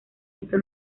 esto